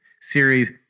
series